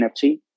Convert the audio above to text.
NFT